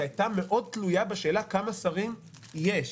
היא הייתה מאוד תלויה בשאלה כמה שרים יש.